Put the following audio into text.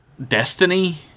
destiny